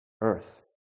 earth